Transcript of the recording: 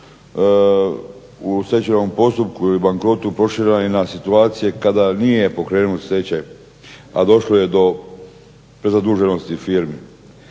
u stečajnom postupku i bankrotu prošireni na situacije kada nije pokrenut stečaj, a došlo je do prezaduženosti firmi.